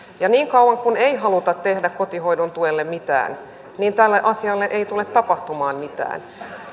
ja niin kauan kuin ei haluta tehdä kotihoidon tuelle mitään niin tälle asialle ei tule tapahtumaan mitään